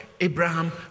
Abraham